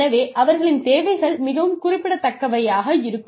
எனவே அவர்களின் தேவைகள் மிகவும் குறிப்பிடதக்கவையாக இருக்கும்